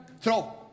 Throw